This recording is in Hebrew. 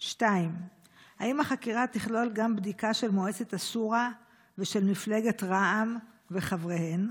2. האם החקירה תכלול גם בדיקה של מועצת השורא ושל מפלגת רע"מ וחבריהן?